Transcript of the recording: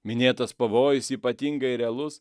minėtas pavojus ypatingai realus